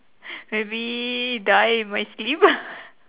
maybe die in my sleep